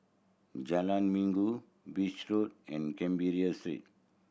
Jalan Minggu Beach Road and Canberra Street